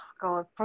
God